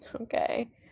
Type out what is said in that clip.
Okay